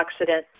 antioxidant